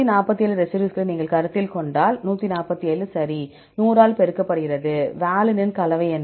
147 ரெசிடியூஸ்களை நீங்கள் கருத்தில் கொண்டால் 147 சரி 100 ஆல் பெருக்கப்படுகிறது வாலினின் கலவை என்ன